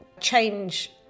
change